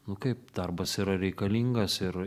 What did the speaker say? nu kaip darbas yra reikalingas ir